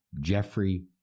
Jeffrey